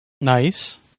Nice